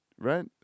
right